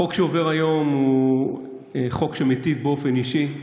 החוק שעובר היום הוא חוק שמיטיב באופן אישי,